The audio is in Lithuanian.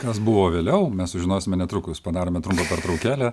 kas buvo vėliau mes sužinosime netrukus padarome trumpą pertraukėlę